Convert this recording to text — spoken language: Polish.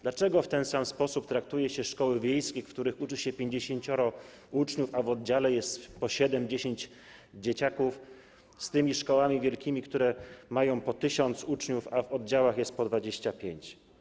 Dlaczego w ten sam sposób traktuje się szkoły wiejskie, w których uczy się 50 uczniów, a w oddziale jest po siedmioro, dziesięcioro dzieciaków, i szkoły wielkie, które mają po 1000 uczniów, a w oddziałach jest po 25?